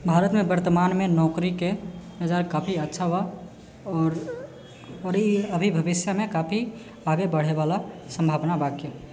भारतमे वर्तमानमे नौकरीके बाजार काफी अच्छा बा आओर ई अभी भविष्यमे काफी आगे बढ़ैवला सम्भावना बा